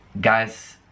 guys